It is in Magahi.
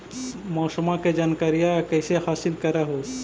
मौसमा के जनकरिया कैसे हासिल कर हू?